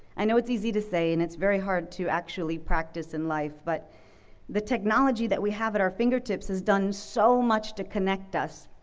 i know it's easy to say and it's very hard to actually practice in life, but the technology that we have at our fingertips has done so much to connect us,